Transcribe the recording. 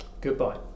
Goodbye